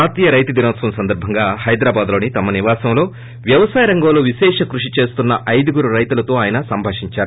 జాతీయ రైతు దినోత్సవం సందర్భంగా హైదరాబాద్లోని తమ నివాసంలో వ్యవసాయ రంగంలో విశేష కృషి చేస్తున్న ఐదుగురు రైతులతో ఆయన సంభాషించారు